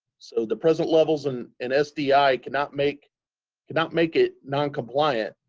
so the present levels and and sdi cannot make cannot make it noncompliant,